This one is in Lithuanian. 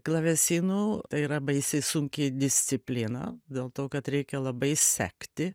klavesinu tai yra baisiai sunki disciplina dėl to kad reikia labai sekti